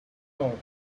not